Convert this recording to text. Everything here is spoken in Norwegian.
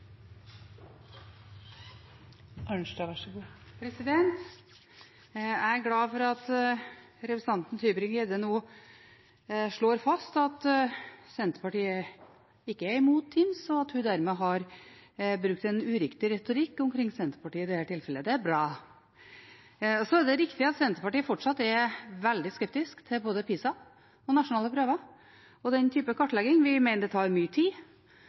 ikke er imot TIMSS, og at hun dermed har brukt en uriktig retorikk om Senterpartiet i dette tilfellet – det er bra. Det er riktig at Senterpartiet fortsatt er veldig skeptisk til både PISA, nasjonale prøver og den typen kartlegging. Vi mener det tar mye tid,